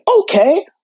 Okay